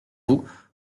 vous